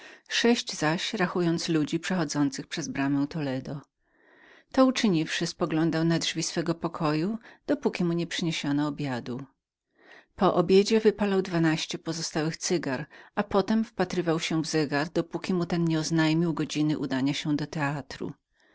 sześć zaś rachując ludzi przechodzących przez bramę toledo to uczyniwszy spoglądał na drzwi swego pokoju dopóki mu nie przyniesiono obiadu po obiedzie wypalał dwanaście pozostałych cygar dalej topił wzrok w zegar dopóki mu ten nie oznajmił godziny udania się do teatru